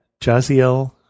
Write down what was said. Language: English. Jaziel